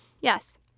yes